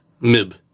Mib